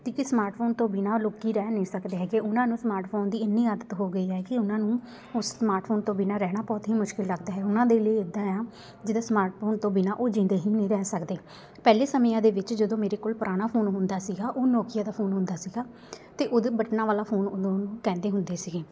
ਤੀ ਕੀ smart phone ਤੋਂ ਬਿਨਾਂ ਲੋਕ ਰਹਿ ਨਹੀਂ ਸਕਦੇ ਹੈਗੇ ਉਹਨਾਂ ਨੂੰ ਸਮਾਰਟ ਫੋਨ ਦੀ ਇੰਨੀ ਆਦਤ ਹੋ ਗਈ ਹੈ ਕਿ ਉਹਨਾਂ ਨੂੰ ਉਸ ਸਮਾਰਟ ਫੋਨ ਤੋਂ ਬਿਨਾਂ ਰਹਿਣਾ ਬਹੁਤ ਹੀ ਮੁਸ਼ਕਿਲ ਲੱਗਦਾ ਹੈ ਉਹਨਾਂ ਦੇ ਲਈ ਇੱਦਾਂ ਹੈ ਆ ਜਿੱਦਾਂ ਸਮਾਰਟ ਫੋਨ ਤੋਂ ਬਿਨਾਂ ਉਹ ਜਿਉਂਦੇ ਹੀ ਨਹੀਂ ਰਹਿ ਸਕਦੇ ਪਹਿਲੇ ਸਮਿਆਂ ਦੇ ਵਿੱਚ ਜਦੋਂ ਮੇਰੇ ਕੋਲ ਪੁਰਾਣਾ ਫੋਨ ਹੁੰਦਾ ਸੀਗਾ ਉਹ ਨੋਕੀਆ ਦਾ ਫੋਨ ਹੁੰਦਾ ਸੀਗਾ ਤਾਂ ਉਹਦੇ ਬਟਨਾਂ ਵਾਲਾ ਫੋਨ ਉੱਦੋਂ ਉਹਨੂੰ ਕਹਿੰਦੇ ਹੁੰਦੇ ਸੀਗੇ